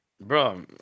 Bro